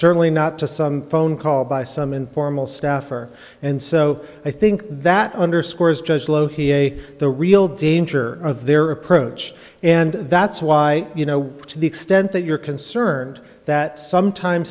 certainly not to some phone call by some informal staffer and so i think that underscores just lowkey a the real danger of their approach and that's why you know to the extent that you're concerned that sometime